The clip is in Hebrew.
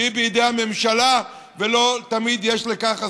שהיא בידי הממשלה, ולא תמיד יש על כך הסכמה.